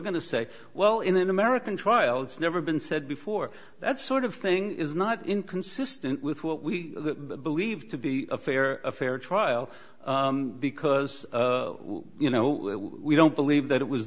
going to say well in an american trials never been said before that sort of thing is not inconsistent with what we believe to be a fair a fair trial because you know we don't believe that it was